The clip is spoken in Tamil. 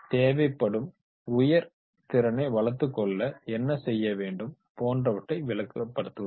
தேவைப்படும் உயர் திறனை வளர்த்துக் கொள்ள என்ன செய்ய வேண்டும் போன்றவற்றை விளக்கப்படுத்துவார்கள்